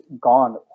gone